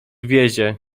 wiezie